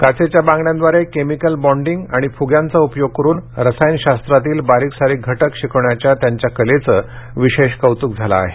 काचेच्या बांगड्यांद्वारे chemical bonding आणि फुग्यांचा उपयोग करून रसायन शास्त्रातील बारीकसारीक घटक शिकवण्याच्या त्यांच्या कलेचं विशेष कौतुक झालं आहे